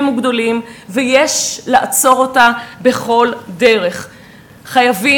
וגדלים של הנוער הנוצרי להשתלב בשירות צבאי או בשירות לאומי.